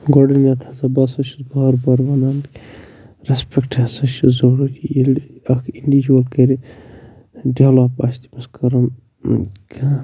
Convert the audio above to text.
گۄڈٕنٮ۪تھ ہَسا بہٕ ہَسا چھُس بار بار وَنان رٮ۪سپٮ۪کٹ ہَسا چھِ ضٔروٗری ییٚلہِ اَکھ اِنٛڈیٖجوَل کَرِ ڈٮ۪ولَپ آسہِ تٔمِس کَرُن کانٛہہ